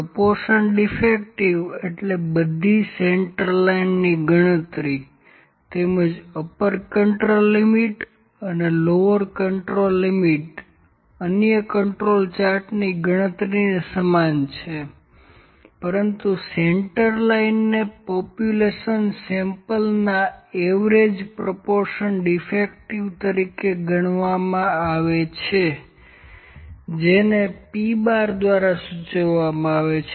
proportion defective એટલે બધી centre લાઇનની ગણતરી તેમજ અપર અને લોવર કન્ટ્રોલ લિમિટ અન્ય કન્ટ્રોલ ચાર્ટની ગણતરીને સમાન છે પરંતુ સેન્ટર લાઇન ને population sample average proportion defective તરીકે ગણવામાં આવે છે જેને P¯દ્વારા સૂચવવામાં આવે છે